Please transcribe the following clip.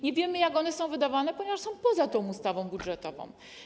Nie wiemy, jak one są wydawane, ponieważ są poza ustawą budżetową.